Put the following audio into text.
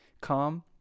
calm